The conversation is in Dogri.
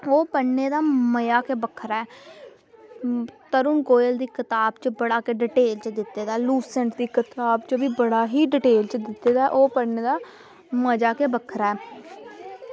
ओह् पढ़ने दा मज़ा गै बक्खरा ऐ तरूण गोयल दी कताब च बड़ा गै डिटेल च दित्ते दा लूसेंट दी कताब च बी बड़ा गै डिटेल दित्ते दा ओह् पढ़ने ई मज़ा गै बक्खरा